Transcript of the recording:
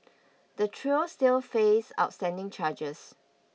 the trio still face outstanding charges